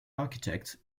architect